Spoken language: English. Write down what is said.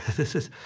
this is.